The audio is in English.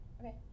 Okay